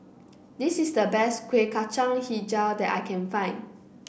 this is the best Kuih Kacang hijau that I can find